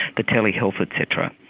the telehealth et cetera,